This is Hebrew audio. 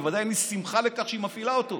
בוודאי אין לי שמחה על כך שהיא מפעילה אותו,